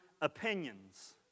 opinions